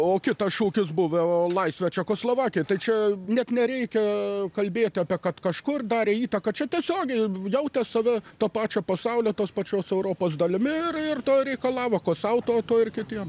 o kitas šūkis buvo laisvę čekoslovakijai tai čia net nereikia kalbėti apie kad kažkur darė įtaką čia tiesiogiai jautė save to pačio pasaulio tos pačios europos dalimi ir ir to reikalavo ko sau to to ir kitiems